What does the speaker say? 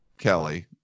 Kelly